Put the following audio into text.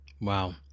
Wow